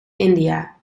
india